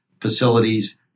facilities